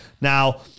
Now